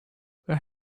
where